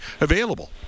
available